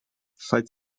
falls